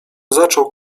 zaczął